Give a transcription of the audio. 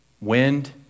Wind